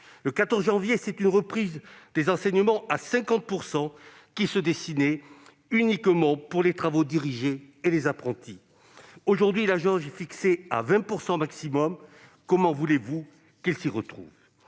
Le 14 janvier dernier, c'est une reprise des enseignements à 50 % qui se dessinait, uniquement pour les travaux dirigés et les apprentis. Aujourd'hui, la jauge est fixée à 20 % maximum. Comment voulez-vous que l'on s'y retrouve ?